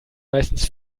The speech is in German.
meistens